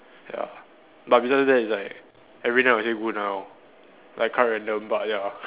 ya but besides that it's like every night I will say good night lor like quite random but ya